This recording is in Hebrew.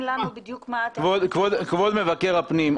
לנו בדיוק מה אתם --- כבוד מבקר הפנים,